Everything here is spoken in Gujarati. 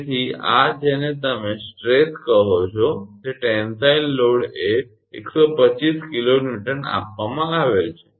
તેથી આ જેને તમે સ્ટ્રેસ કહો છો તે ટેન્સાઇલ લોડ એ 125 𝑘𝑁 આપવામાં આવેલ છે